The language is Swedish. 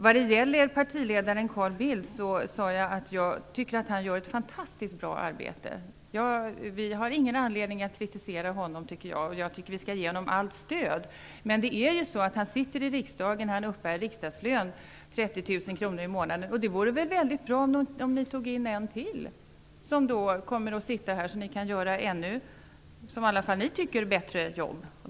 Vad gäller partiledaren Carl Bildt sade jag att jag tycker att han gör ett fantastiskt bra arbete. Vi har ingen anledning att kritisera honom. Jag tycker att vi skall ge honom allt stöd. Men han sitter i riksdagen och han uppbär riksdagslön, 30 000 kr i månaden. Det vore väl mycket bra om ni tog in en ledamot till, som kommer att sitta här och medverka till att ni kan göra ett, som i alla fall ni tycker, ännu bättre jobb.